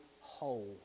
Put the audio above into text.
whole